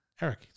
Eric